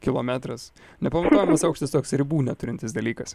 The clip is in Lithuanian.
kilometras nepamatuojamas aukštis toks ribų neturintis dalykas